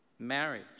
marriage